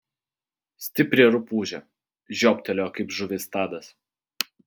stipri rupūžė žiobtelėjo kaip žuvis tadas